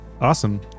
Awesome